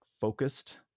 focused